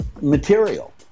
material